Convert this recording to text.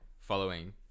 Following